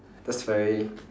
that's very